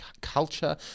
culture